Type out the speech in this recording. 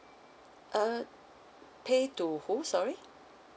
uh pay to who sorry